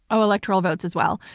oh, electoral votes as well.